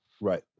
right